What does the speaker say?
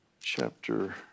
chapter